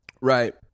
right